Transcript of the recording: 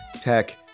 tech